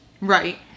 Right